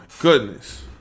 goodness